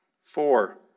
Four